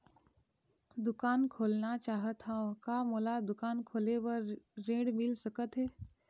दुकान खोलना चाहत हाव, का मोला दुकान खोले बर ऋण मिल सकत हे?